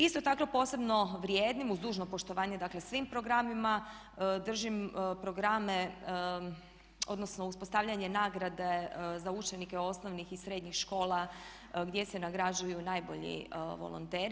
Isto tako posebno vrijednim, uz dužno poštovanje dakle svim programima, držim programe odnosno uspostavljanje nagrade za učenike osnovnih i srednjih škola gdje se nagrađuju najbolji volonteri.